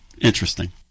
Interesting